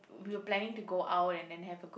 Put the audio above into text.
we were planning to go out and then have a good